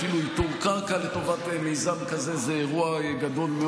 אפילו איתור קרקע לטובת מיזם כזה זה אירוע גדול.